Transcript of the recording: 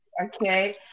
Okay